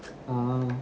oh